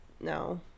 no